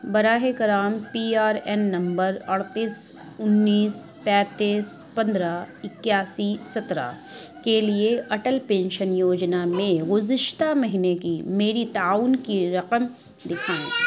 براہِ کرم P R A N number اڑتیس انیس پینتیس پندرہ اکیاسی سترہ کے لیے اٹل پینشن یوجنا میں گذشتہ مہینے کی میری تعاون کی رقم دکھائیں